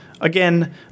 Again